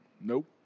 Nope